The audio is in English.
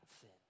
sin